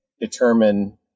determine